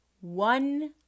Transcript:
one